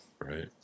Right